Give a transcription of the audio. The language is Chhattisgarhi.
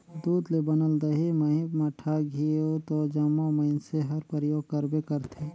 दूद ले बनल दही, मही, मठा, घींव तो जम्मो मइनसे हर परियोग करबे करथे